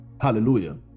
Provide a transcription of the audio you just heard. Hallelujah